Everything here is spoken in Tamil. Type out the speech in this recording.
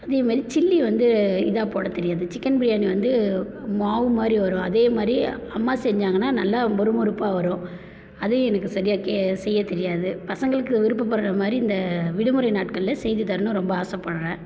அதே மாதிரி சில்லி வந்து இதா போடத் தெரியாது சிக்கன் பிரியாணி வந்து மாவு மாதிரி வரும் அதே மாதிரி அம்மா செஞ்சாங்கன்னால் நல்லா மொறுமொறுப்பாக வரும் அதே எனக்கு சரியாக கே செய்யத் தெரியாது பசங்களுக்கு விருப்பப்படுற மாதிரி இந்த விடுமுறை நாட்களில் செய்து தரணும் ரொம்ப ஆசைப்பட்றேன்